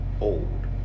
old